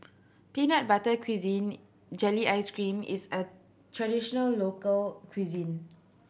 peanut butter cuisine jelly ice cream is a traditional local cuisine